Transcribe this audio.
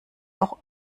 auch